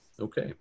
Okay